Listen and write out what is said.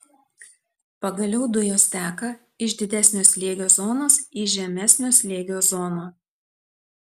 pagaliau dujos teka iš didesnio slėgio zonos į žemesnio slėgio zoną